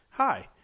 Hi